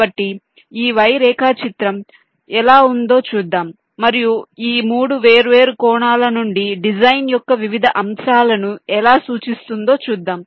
కాబట్టి ఈ Y రేఖాచిత్రం ఎలా ఉందో చూద్దాం మరియు ఈ 3 వేర్వేరు కోణాల నుండి డిజైన్ యొక్క వివిధ అంశాలను ఎలా సూచిస్తుందో చూద్దాం